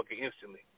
instantly